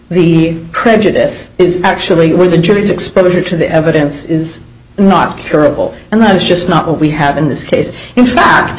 the credit is actually where the jury's exposure to the evidence is not curable and that is just not what we have in this case in fact